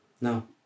No